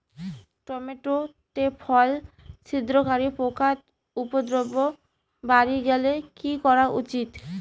Tomato তে ফল ছিদ্রকারী পোকা উপদ্রব বাড়ি গেলে কি করা উচিৎ?